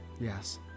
Yes